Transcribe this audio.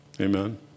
Amen